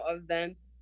events